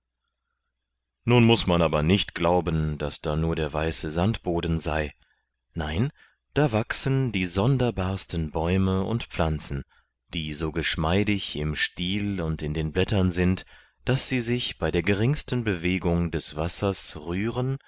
nun muß man aber nicht glauben daß da nur der weiße sandboden sei nein da wachsen die sonderbarsten bäume und pflanzen die so geschmeidig im stiel und in den blättern sind daß sie sich bei der geringsten bewegung des wassers rühren